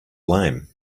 lame